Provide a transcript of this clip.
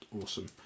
awesome